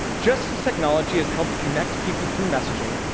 just as technology has helped connect people through messaging,